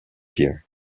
pier